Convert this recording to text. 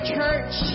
church